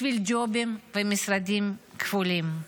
בשביל ג'ובים ומשרדים כפולים.